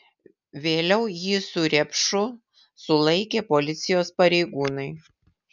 vėliau jį su repšu sulaikė policijos pareigūnai